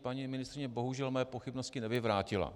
Paní ministryně bohužel mé pochybnosti nevyvrátila.